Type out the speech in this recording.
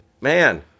man